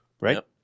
right